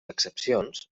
excepcions